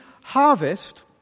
harvest